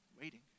waiting